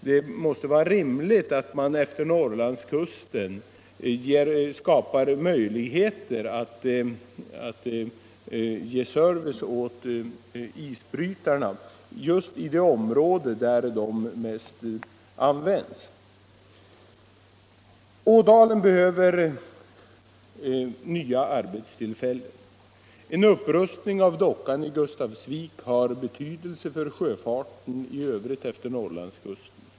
Det måste vara rimligt att man efter Norrlandskusten skapar möjligheter att ge service åt isbrytarna i de områden där de mest används. | Ådalen behöver arbetstillfällen. En upprustning av dockan i Gustafsvik har dessutom betydelse för sjöfarten i övrigt efter Norrlandskusten.